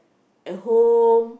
at home